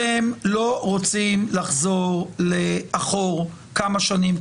אתם לא רוצים לחזור לאחור כמה שנים.